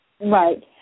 Right